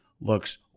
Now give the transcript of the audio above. Looks